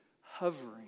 hovering